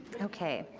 okay,